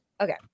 Okay